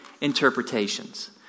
interpretations